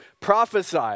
prophesy